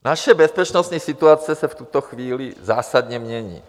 Naše bezpečnostní situace se v tuto chvíli zásadně mění.